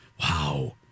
Wow